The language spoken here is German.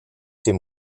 dem